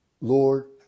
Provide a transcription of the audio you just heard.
Lord